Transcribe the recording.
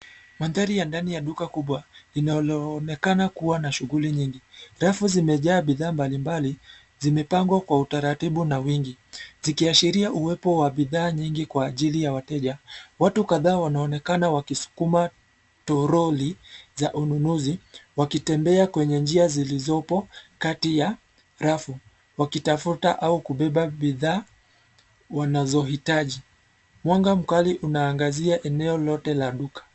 Mandhari ya ndani ya duka kubwa linaloonekana kua na shughuli nyingi. Rafu zimejaa bidhaa mbalimbali zimepangwa kwa utaratibu na wingi, zikiashiria uwepo wa bidhaa nyingi kwa ajili ya wateja. Watu kadhaa wanaonekana wakisukuma toroli za ununuzi wakitembea kwenye njia zilizopo kati ya rafu wakitafuta au kubeba bidhaa wanazohitaji. Mwanga mkali unaangazia eneo lote la duka.